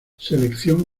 selección